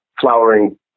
flowering